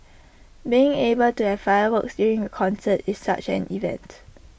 being able to have fireworks during A concert is such an event